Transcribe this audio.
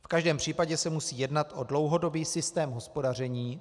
V každém případě se musí jednat o dlouhodobý systém hospodaření.